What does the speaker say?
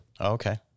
Okay